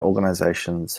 organizations